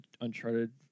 Uncharted